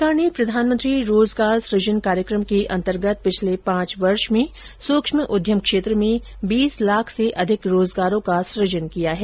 सरकार ने प्रधानमंत्री रोजगार सुजन कार्यक्रम के अंतर्गत पिछले पांच वर्ष में सूक्ष्म उद्यम क्षेत्र में बीस लाख से अधिक रोजगारों का ॅसृजन किया है